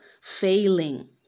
failing